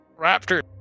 raptor